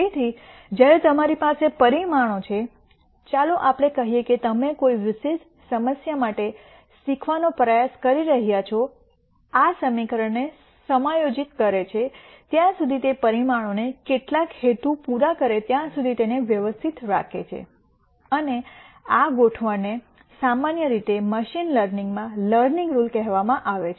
તેથી જ્યારે તમારી પાસે પરિમાણો છે ચાલો આપણે કહીએ કે તમે કોઈ વિશેષ સમસ્યા માટે શીખવાનો પ્રયાસ કરી રહ્યાં છો આ આ સમીકરણને સમાયોજિત કરે છે ત્યાં સુધી તે પરિમાણોને કેટલાક હેતુ પૂરા કરે ત્યાં સુધી તેને વ્યવસ્થિત રાખે છે અને આ ગોઠવણ ને સામાન્ય રીતે મશીન લર્નિંગમાં લર્નિંગ રુલ કહેવામાં આવે છે